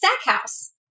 Stackhouse